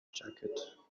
jacket